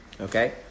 Okay